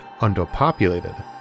underpopulated